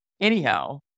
Anyhow